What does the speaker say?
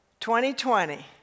2020